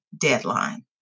deadline